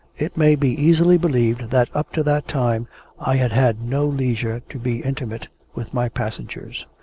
it may be easily believed that up to that time i had had no leisure to be intimate with my passengers.